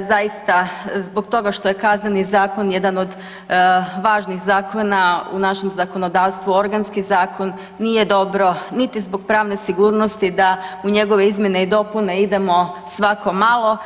zaista zbog toga što je KZ jedan od važnih zakona u našem zakonodavstvu, organski zakon nije dobro niti zbog pravne sigurnosti da u njegove izmjene i dopune idemo svako malo.